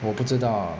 我不知道